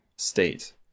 state